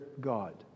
God